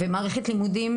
ומערכת הלימודים